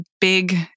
big